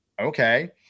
okay